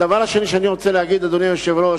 הדבר השני שאני רוצה להגיד, אדוני היושב-ראש: